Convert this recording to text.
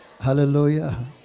Hallelujah